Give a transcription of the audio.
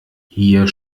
hier